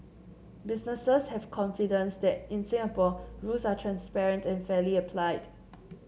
businesses have confidence that in Singapore rules are transparent and fairly applied